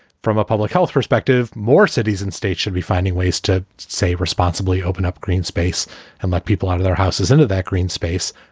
from a public health perspective, more cities and states should be finding ways to say responsibly, open up green space and let people out of their houses into that green space.